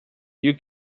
you